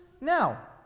Now